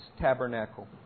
Tabernacle